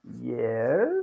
Yes